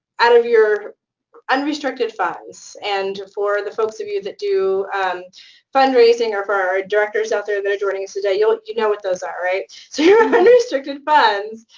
out of your unrestricted funds and for the folks of you that do fundraising or for our directors out there that are joining us today, you know what those are, right? so your and but unrestricted funds,